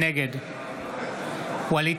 נגד ווליד